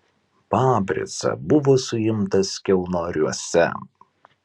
pabrica buvo suimtas kiaunoriuose